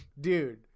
dude